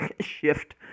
shift